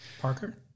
Parker